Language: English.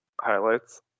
highlights